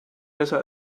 besser